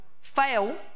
fail